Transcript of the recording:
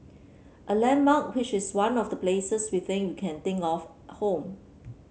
a landmark which is one of the places we think we can think of home